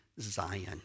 Zion